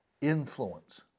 influence